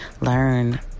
learn